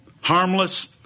harmless